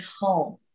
home